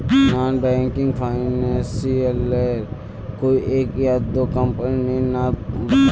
Non banking financial लेर कोई एक या दो कंपनी नीर नाम बता?